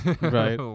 Right